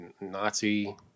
Nazi